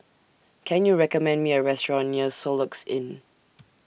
Can YOU recommend Me A Restaurant near Soluxe Inn